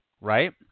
Right